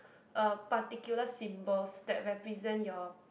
a particular symbols that represent your